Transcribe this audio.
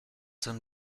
turn